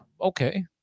Okay